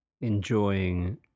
enjoying